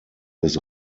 des